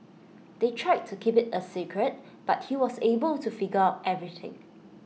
they tried to keep IT A secret but he was able to figure everything out